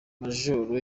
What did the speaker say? majoro